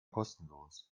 kostenlos